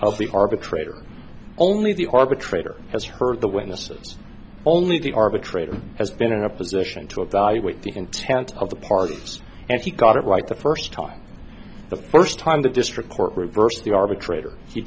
the arbitrator only the arbitrator has heard the witnesses only the arbitrator has been in a position to evaluate the intent of the parties and he got it right the first time the first time the district court reversed the arbitrator he